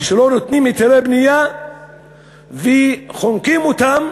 שלא נותנים היתרי בנייה וחונקים אותם